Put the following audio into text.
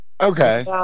Okay